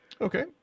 Okay